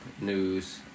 news